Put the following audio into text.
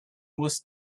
was